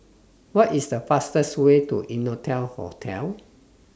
What IS The fastest Way to Innotel Hotel